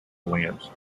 lamps